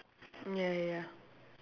ya ya ya